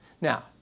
Now